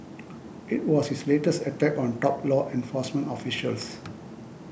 it was his latest attack on top law enforcement officials